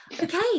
okay